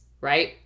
right